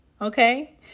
Okay